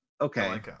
Okay